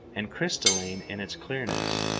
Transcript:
and crystalline in its clearness,